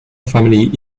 family